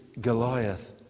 Goliath